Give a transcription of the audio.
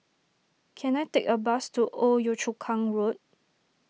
can I take a bus to Old Yio Chu Kang Road